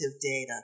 data